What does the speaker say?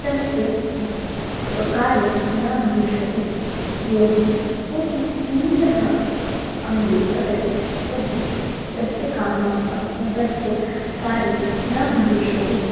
तस्य कार्यं न भविष्यति यदि कोऽपि कीटः अङ्गे पतति तर्हि तस्य कामः तस्य कार्यं न भविष्यति